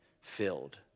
filled